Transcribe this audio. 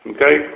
Okay